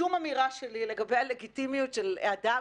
שום אמירה שלי לגבי הלגיטימיות של אדם,